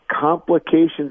complications